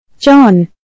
John